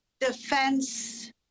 defense